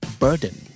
burden